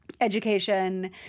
education